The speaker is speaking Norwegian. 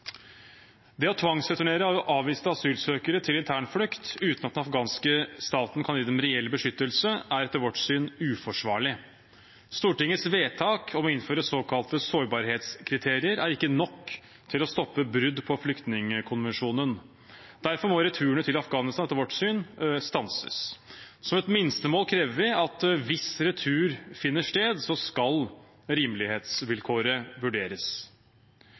Det å tvangsreturnere avviste asylsøkere til internflukt uten at den afghanske staten kan gi dem reell beskyttelse, er etter vårt syn uforsvarlig. Stortingets vedtak om å innføre såkalte sårbarhetskriterier er ikke nok til å stoppe brudd på flyktningkonvensjonen. Derfor må returene til Afghanistan etter vårt syn stanses. Som et minstemål krever vi at hvis retur finner sted, skal rimelighetsvilkåret vurderes.